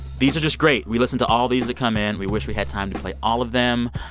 these are just great. we listen to all these that come in. we wish we had time to play all of them.